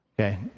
okay